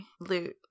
loot